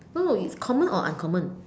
no you common or uncommon